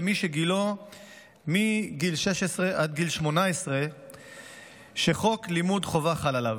מי שגילו 16 עד 18 וחוק לימוד חובה חל עליו,